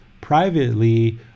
privately